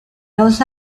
dos